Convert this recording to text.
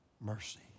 mercy